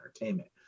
Entertainment